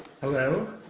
hello?